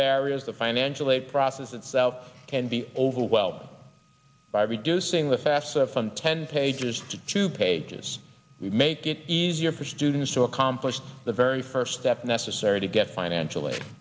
barriers the financial aid process it's out can be overwhelming by reducing the fast from ten pages to two pages we make it easier for students to accomplished the very first step necessary to get financial aid